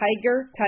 Tiger